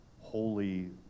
holy